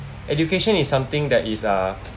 education is something that is uh